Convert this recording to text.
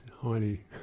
highly